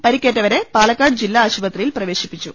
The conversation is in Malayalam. പരിക്കേറ്റവരെ പാലക്കാട് ജില്ലാ ആശുപത്രിയിൽ പ്രവേശിപ്പിച്ചു